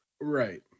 Right